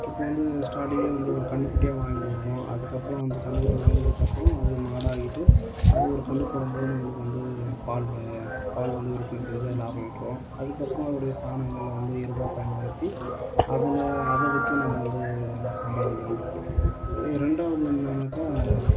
இப்போ வந்து ஸ்டார்ட்டிங்ளே வந்து கன்னுக்குட்டியா வாங்கிட்டு வருவோம் அதுக்கப்புறம் வந்து கன்னுக்குட்டியா வளந்ததுக்கு அப்புறம் அது மாடாயிட்டு அது ஒரு கண்ணு போடும் போது நம்மளுக்கு வந்து பால் பால் வந்து விற்பனை செஞ்சி அதில் லாபம் ஈட்டுறோம் அதுக்கப்புறம் அதனுடைய சாணங்களை வந்து எருவாக பயன்படுத்தி அதில் அதை விற்றும் நம்ம வந்து சம்பாதிக்கிறோம் ரெண்டாவது என்னென்னாக்கா